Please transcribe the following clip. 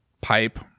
Pipe